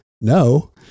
no